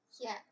Yes